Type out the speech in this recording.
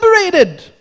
liberated